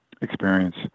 experience